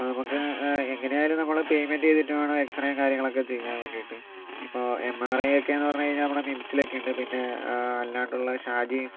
നമുക്ക് എങ്ങനെയായാലും നമ്മള് പേയ്മെൻ്റ് ചെയ്തിട്ട് വേണം എക്സ്റേ കാര്യങ്ങളൊക്കെ ചെയ്യാൻ വേണ്ടിയിട്ട് ഇപ്പോൾ എം ആർ എ എന്നൊക്കെ പറഞ്ഞു കഴിഞ്ഞാൽ നമ്മുടെ മിംമ്സിലക്കെ ഉണ്ട് പിന്നെ അല്ലാണ്ടുള്ള ഷാജീസ്